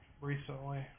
recently